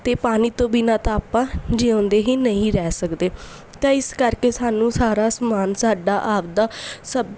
ਅਤੇ ਪਾਣੀ ਤੋਂ ਬਿਨਾਂ ਤਾਂ ਆਪਾਂ ਜਿਊਂਦੇ ਹੀ ਨਹੀਂ ਰਹਿ ਸਕਦੇ ਤਾਂ ਇਸ ਕਰਕੇ ਸਾਨੂੰ ਸਾਰਾ ਸਮਾਨ ਸਾਡਾ ਆਪਣਾ ਸਭ